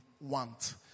want